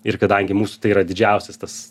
ir kadangi mūsų tai yra didžiausias tas